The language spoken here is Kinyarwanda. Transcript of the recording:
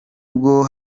rwo